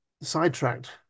sidetracked